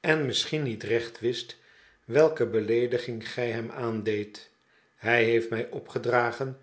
en misschien niet recht wist welke beleediging gij hem aandeedt hij heeft mij opgedragen